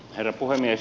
herra puhemies